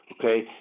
Okay